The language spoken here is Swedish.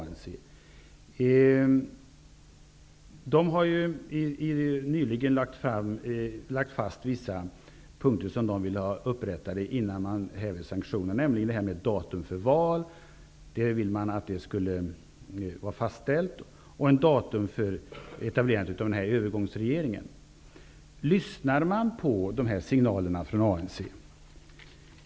Från det hållet har man nyligen lagt fast vissa punkter som man vill ha uppfyllda innan sanktionerna hävs, nämligen att datum för val skall vara fastställt och likaså datum för etablerandet av övergångsregeringen. Lyssnar man på de här signalerna från ANC?